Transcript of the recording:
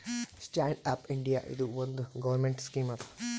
stand up India ಇದು ಒಂದ್ government scheme ಅದಾ